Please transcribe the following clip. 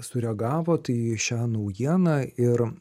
sureagavot į šią naujieną ir